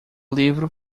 livro